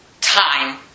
time